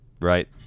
Right